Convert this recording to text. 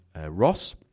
Ross